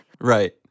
Right